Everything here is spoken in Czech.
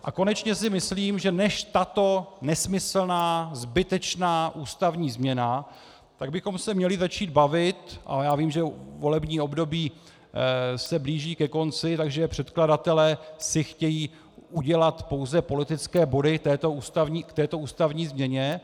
A konečně si myslím, že než tato nesmyslná zbytečná ústavní změna, tak bychom se měli začít bavit a já vím, že volební období se blíží ke konci, takže předkladatelé si chtějí udělat pouze politické body k této ústavní změně.